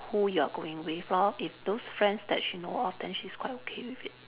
who you are going with lor if those friends that she know of then she's quite okay with it